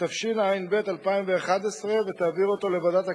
התשע"ב 2011, ותעביר אותה לוועדת הכלכלה,